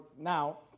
now